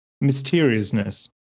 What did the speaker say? mysteriousness